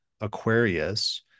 Aquarius